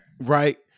Right